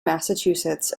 massachusetts